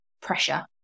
pressure